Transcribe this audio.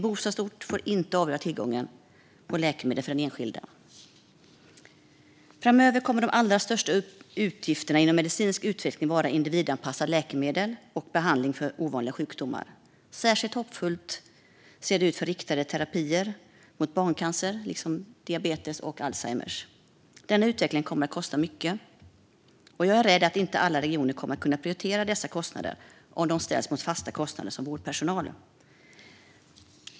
Bostadsort får inte avgöra tillgången till läkemedel för den enskilde. Framöver kommer de allra största utgifterna inom medicinsk utveckling att vara individanpassade läkemedel och behandlingar för ovanliga sjukdomar. Särskilt hoppfullt ser det ut för riktade terapier mot barncancer liksom diabetes och Alzheimers sjukdom. Denna utveckling kommer att kosta mycket. Jag är rädd att inte alla regioner kommer att kunna prioritera dessa kostnader om de ställs mot fasta kostnader, som för vårdpersonalen.